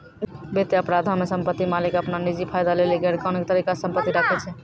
वित्तीय अपराधो मे सम्पति मालिक अपनो निजी फायदा लेली गैरकानूनी तरिका से सम्पति राखै छै